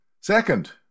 Second